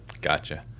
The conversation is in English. Gotcha